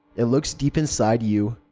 it looks deep inside you.